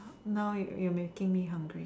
now you're making me hungry